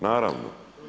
Naravno.